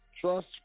Trust